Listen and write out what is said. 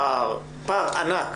פער ענק